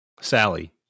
Sally